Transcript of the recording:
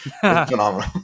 phenomenal